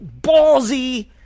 ballsy